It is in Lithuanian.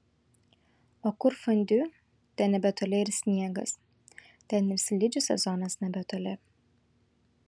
o kur fondiu ten nebetoli ir sniegas ten ir slidžių sezonas nebetoli